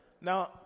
Now